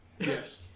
Yes